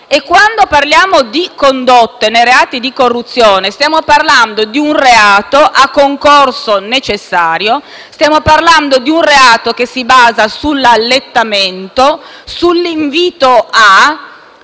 Quando parliamo di condotte nei reati di corruzione, ci riferiamo a un reato a concorso necessario. Stiamo parlando di un reato che si basa sull'allettamento, sull'invito a,